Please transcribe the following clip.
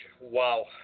wow